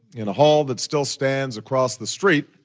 in a hall that still stands across the street,